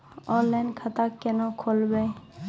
Online खाता केना खोलभैबै?